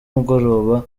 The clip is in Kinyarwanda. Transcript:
nimugoroba